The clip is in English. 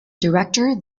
director